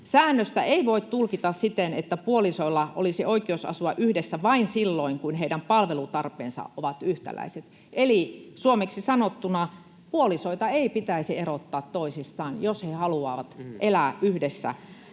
”Säännöstä ei voi tulkita siten, että puolisoilla olisi oikeus asua yhdessä vain silloin, kun heidän palvelutarpeensa ovat yhtäläiset.” Eli suomeksi sanottuna: puolisoita ei pitäisi erottaa toisistaan, jos he haluavat elää yhdessä,